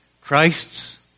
Christ's